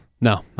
No